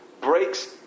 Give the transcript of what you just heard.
breaks